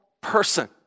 person